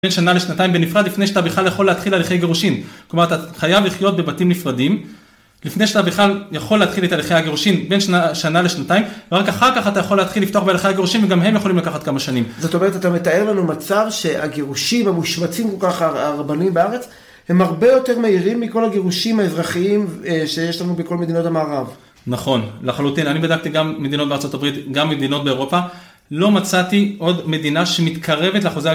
בין שנה לשנתיים בנפרד, לפני שאתה בכלל יכול להתחיל הליכי גירושים. כלומר, אתה חייב לחיות בבתים נפרדים, לפני שאתה בכלל יכול להתחיל את הליכי הגירושים בין שנה לשנתיים, רק אחר כך אתה יכול להתחיל לפתוח בהליכי הגירושים וגם הם יכולים לקחת כמה שנים. זאת אומרת, אתה מתאר לנו מצב שהגירושים המושמצים כל כך הרבנים בארץ, הם הרבה יותר מהירים מכל הגירושים האזרחיים שיש לנו בכל מדינות המערב. נכון, לחלוטין. אני בדקתי גם מדינות בארצות הברית, גם מדינות באירופה, לא מצאתי עוד מדינה שמתקרבת לאחוזי